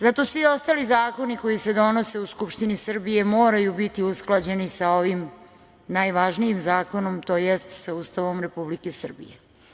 Zato svi ostali zakoni koji se donose u Skupštini Srbije moraju biti usklađeni sa ovim najvažnijim zakonom, to jest sa Ustavom Republike Srbije.